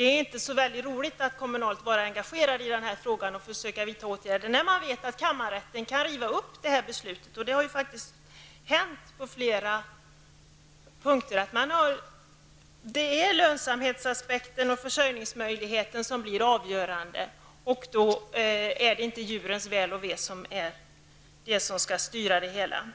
inte är så roligt att vara kommunalt engagerad i den här frågan och försöka vidta åtgärder, när man vet att kammarrätten kan riva upp beslutet. Det har ju faktiskt hänt på flera punkter. Det är lönsamhetsaspekten och försörjningsmöjligheten som blir avgörande, och då är det inte djurens väl och ve som styr det hela.